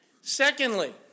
Secondly